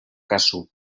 kasu